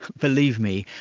believe me,